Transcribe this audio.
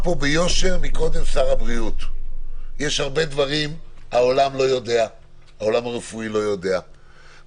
אני לא צריך את שר הבריאות, לא צריך להטריח אותו.